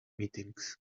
meetings